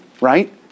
right